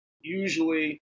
usually